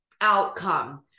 outcome